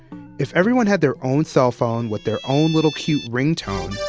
if everyone had their own cell phone with their own little cute ringtone,